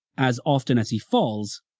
as often as he falls,